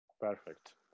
Perfect